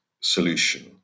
solution